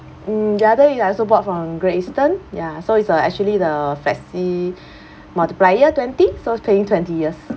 mm the other ya I also bought from great eastern ya so it's uh actually the flexi multiplier twenty so it's paying twenty years